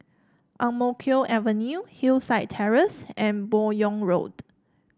Ang Mo Kio Avenue Hillside Terrace and Buyong Road